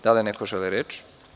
Da li neko želi reč?